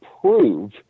prove